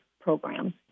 program